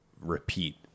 repeat